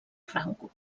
franco